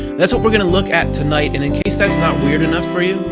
that's what we're going to look at tonight, and in case that's not weird enough for you,